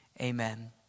Amen